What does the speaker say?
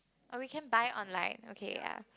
or we can buy online okay ya